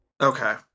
Okay